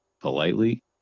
politely